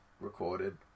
recorded